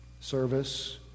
service